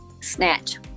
Snatch